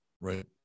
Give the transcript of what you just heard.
right